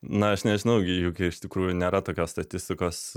na aš nežinau gi juk iš tikrųjų nėra tokios statistikos